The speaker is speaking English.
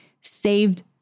saved